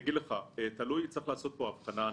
צריך לעשות פה הבחנה,